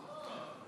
שטרן.